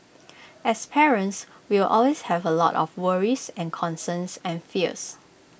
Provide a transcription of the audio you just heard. as parents we will always have A lot of worries and concerns and fears